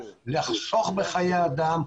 לחסוך בחיי אדם,